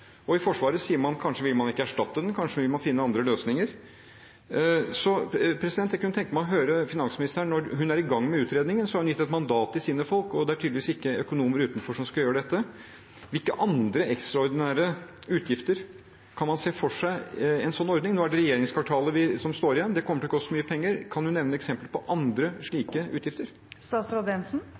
I Forsvaret sier man at man kanskje ikke vil erstatte den. Kanskje må vi finne andre løsninger. Finansministeren er i gang med utredningen og har gitt et mandat til sine folk. Det er tydeligvis ikke økonomer utenfor som skal gjøre dette. Hvilke andre ekstraordinære utgifter kan man se for seg med en slik ordning? Regjeringskvartalet står igjen nå, og det kommer til å koste mye penger. Kan hun nevne eksempler på andre slike